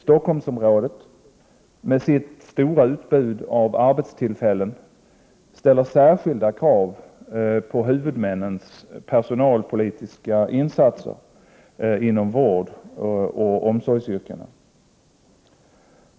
Stockholmsområdet, med sitt stora utbud av arbetstillfällen, ställer särskilda krav på huvudmännens personalpolitiska insatser inom vårdoch omsorgsyrkena.